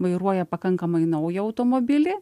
vairuoja pakankamai naują automobilį